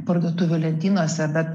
parduotuvių lentynose bet